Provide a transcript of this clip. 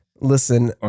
Listen